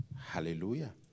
Hallelujah